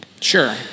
Sure